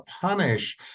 punish